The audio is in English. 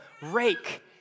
rake